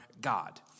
God